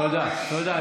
תודה, תודה.